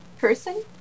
person